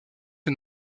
est